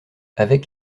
avec